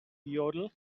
yodel